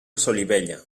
solivella